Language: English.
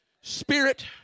spirit